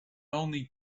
only